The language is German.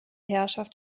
herrschaft